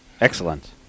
Excellent